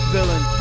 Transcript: Villain